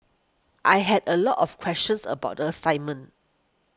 I had a lot of questions about the assignment